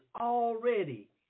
already